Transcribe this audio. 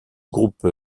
groupe